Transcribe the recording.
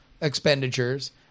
expenditures